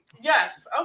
Yes